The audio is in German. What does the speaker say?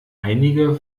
einige